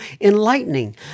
enlightening